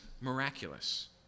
miraculous